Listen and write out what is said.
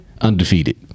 undefeated